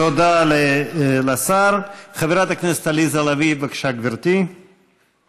תתייחס לזה שגורמים ניאו-נאציים נכנסים לכאן,